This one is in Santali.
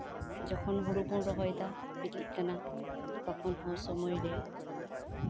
ᱡᱚᱠᱷᱚᱱ ᱦᱩᱲᱩ ᱵᱚᱱ ᱨᱚᱦᱚᱭ ᱫᱟ ᱵᱤᱞᱤᱜ ᱠᱟᱱᱟ ᱛᱚᱠᱷᱚᱱ ᱦᱚᱸ ᱥᱚᱢᱚᱭ ᱨᱮ